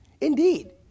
Indeed